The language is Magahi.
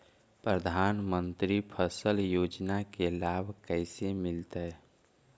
प्रधानमंत्री फसल योजना के लाभ कैसे मिलतै?